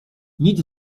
nic